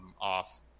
off